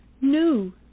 new